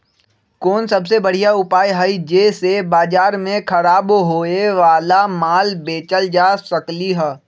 कोन सबसे बढ़िया उपाय हई जे से बाजार में खराब होये वाला माल बेचल जा सकली ह?